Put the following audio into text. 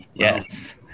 Yes